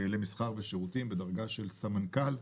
למסחר ושירותים, בדרגה של סמנכ"ל,